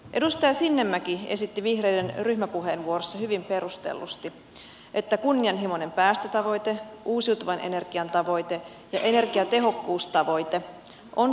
edustaja sinnemäki esitti vihreiden ryhmäpuheenvuorossa hyvin perustellusti että kunnianhimoinen päästötavoite uusiutuvan energian tavoite ja energiatehokkuustavoite on suomen etu